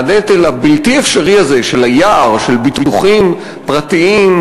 מהנטל הבלתי-אפשרי הזה של היער של ביטוחים פרטיים,